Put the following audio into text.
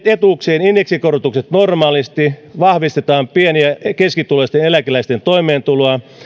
etuuksien indeksikorotukset normaalisti ja vahvistetaan pieni ja ja keskituloisten eläkeläisten toimeentuloa